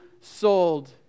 sold